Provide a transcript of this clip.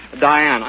Diana